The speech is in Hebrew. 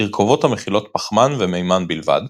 - תרכובות המכילות פחמן ומימן בלבד,